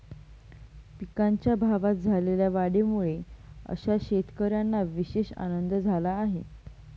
पिकांच्या भावात झालेल्या वाढीमुळे अशा शेतकऱ्यांना विशेष आनंद झाला आहे